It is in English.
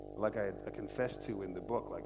like i ah confess to in the book, like